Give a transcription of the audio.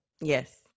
yes